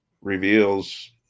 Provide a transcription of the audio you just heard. reveals